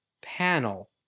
panel